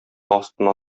астына